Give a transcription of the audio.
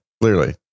Clearly